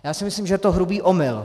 Já si myslím, že to je hrubý omyl.